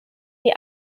die